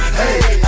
hey